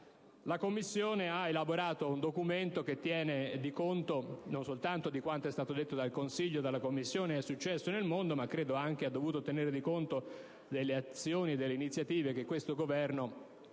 La Commissione ha elaborato un documento che non soltanto tiene conto di quanto è stato detto dal Consiglio e dalla Commissione ed è successo nel mondo, ma, credo, ha anche dovuto tenere conto delle azioni e delle iniziative che questo Governo ha